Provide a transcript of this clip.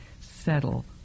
settle